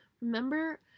remember